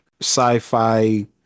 sci-fi